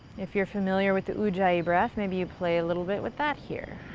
if you're familiar with the ujjayi breath, maybe you play a little bit with that here.